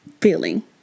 feeling